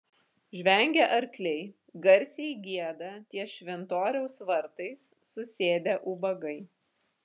žvengia arkliai garsiai gieda ties šventoriaus vartais susėdę ubagai